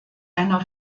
einer